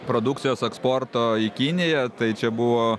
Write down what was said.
produkcijos eksporto į kiniją tai čia buvo